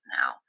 now